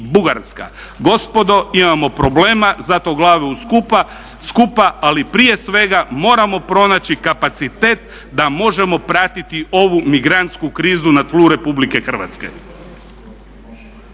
Gospodo imamo problema, zato glavu skupa. Ali prije svega moramo pronaći kapacitet da možemo pratiti ovu migrantsku krizu na tlu Republike Hrvatske.